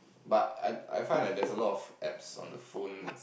but I I find like that's a lot of apps on the phone